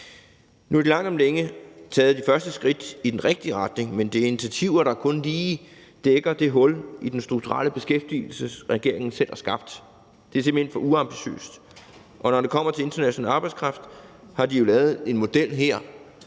regeringen langt om længe taget det første skridt i den rigtige retning, men det er initiativer, der kun lige dækker det hul i den strukturelle beskæftigelse, som regeringen selv har skabt. Det er simpelt hen for uambitiøst, og når det kommer til international arbejdskraft, har man jo her lavet en model,